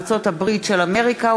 ארצות-הברית של אמריקה,